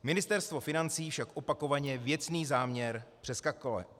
Ministerstvo financí však opakovaně věcný záměr přeskakuje.